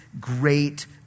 great